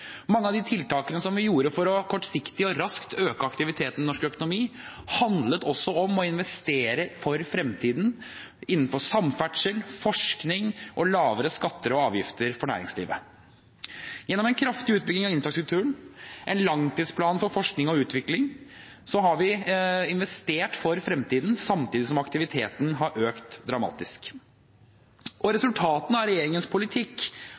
Mange av de tiltakene vi gjorde for kortsiktig og raskt å øke aktiviteten i norsk økonomi, handlet også om å investere for fremtiden innenfor samferdsel, forskning og lavere skatter og avgifter for næringslivet. Gjennom en kraftig utbygging av infrastrukturen og med en langtidsplan for forskning og utvikling har vi investert for fremtiden samtidig som aktiviteten har økt dramatisk. Og resultatene av regjeringens politikk